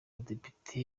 mudepite